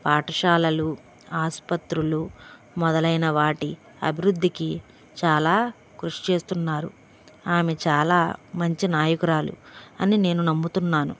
పాఠశాలలు ఆసుపత్రులు మొదలైన వాటి అభివృద్ధికి చాలా కృషి చేస్తున్నారు ఆమె చాలా మంచి నాయకురాలు అని నేను నమ్ముతున్నాను